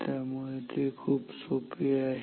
त्यामुळे ते खूप सोपे आहे